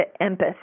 empathy